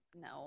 No